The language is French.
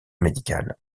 médicales